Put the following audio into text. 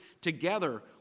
together